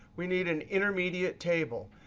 we need an intermediate table.